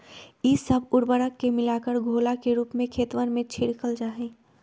ई सब उर्वरक के मिलाकर घोला के रूप में खेतवन में छिड़कल जाहई